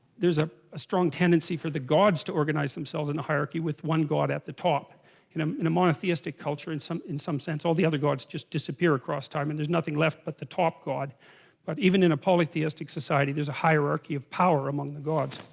there's a a strong tendency for the gods to organize themselves in the hierarchy with one god at the top in a in a monotheistic culture some in some sense all the other gods just disappear across time and there's nothing left at but the top god but even in a polytheistic society there's a hierarchy of power among the gods